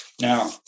now